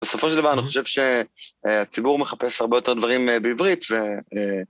בסופו של דבר, אני חושב שהציבור מחפש הרבה יותר דברים בעברית ו...